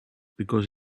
because